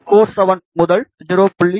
47 முதல் 0